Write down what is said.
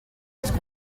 was